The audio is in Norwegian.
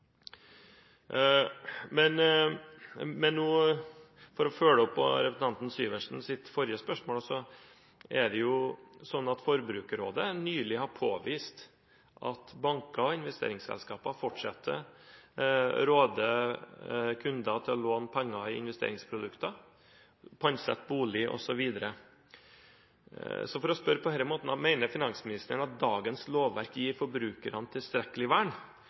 For å følge opp representanten Syversens forrige spørsmål: Forbrukerrådet har nylig påvist at banker og investeringsselskaper fortsetter å råde kunder til å låne penger i investeringsprodukter, pantsette bolig osv. Så for å spørre på denne måten: Mener finansministeren at dagens lovverk gir forbrukerne tilstrekkelig vern?